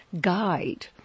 guide